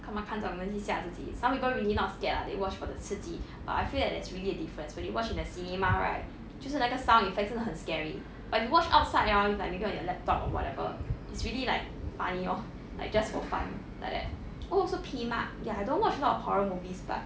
干吗看这种东西吓自己 some people really not scared lah they watch for the 刺激 but I feel that that's really a difference when you watch in the cinema right 就是那个 sound effects 真的很 scary but 你 watch outside hor you it's like 你 go on your laptop or whatever it's really like funny lor like just for fun like that oh also pee mak ya I don't watch a lot horror movies but